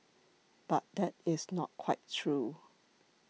but that is not quite true